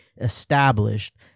established